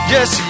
Yes